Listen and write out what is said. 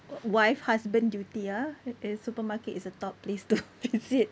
wife husband duty ah a supermarket is a top place to visit